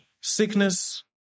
sickness